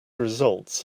results